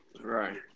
Right